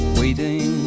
waiting